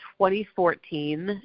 2014